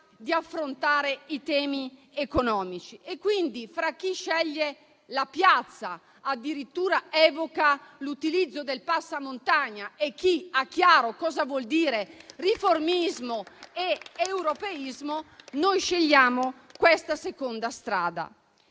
di affrontare i temi economici. Pertanto, fra chi sceglie la piazza, addirittura evocando l'utilizzo del passamontagna, e chi ha chiaro cosa voglia dire riformismo ed europeismo, noi scegliamo questa seconda strada.